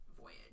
voyage